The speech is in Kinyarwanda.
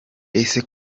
ese